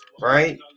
right